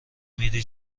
میری